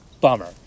Bummer